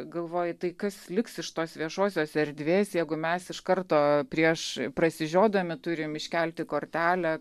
galvoji tai kas liks iš tos viešosios erdvės jeigu mes iš karto prieš prasižiodami turim iškelti kortelę